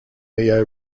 neo